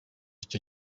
icyo